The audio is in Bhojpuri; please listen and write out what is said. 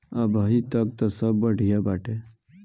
अबहीं तक त सब बढ़िया बाटे